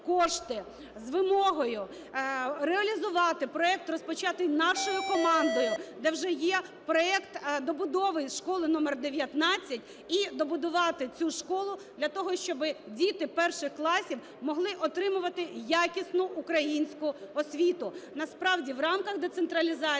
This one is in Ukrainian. з вимогою реалізувати проект, розпочатий нашою командою, де вже є проект добудови школи №19 і добудувати цю школу для того, щоби діти перших класів могли отримувати якісну українську освіту. Насправді, в рамках децентралізації